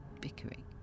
bickering